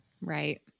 right